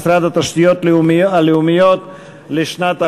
משרד החקלאות (הוצאות שכר,